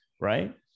right